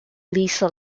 lisa